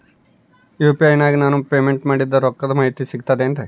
UPI ನಾಗ ನಾನು payment ಮಾಡಿದ ರೊಕ್ಕದ ಮಾಹಿತಿ ಸಿಕ್ತದೆ ಏನ್ರಿ?